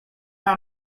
how